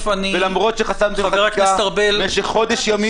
ולמרות שחסמתם חקיקה במשך חודש ימים.